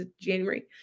January